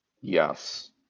Yes